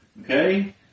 Okay